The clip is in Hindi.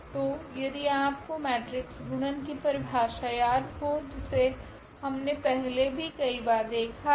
तो यदि आपको मेट्रिक्स गुणन की परिभाषा याद हो जिसे हमने पहले भी कई बार देखा है